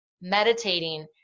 meditating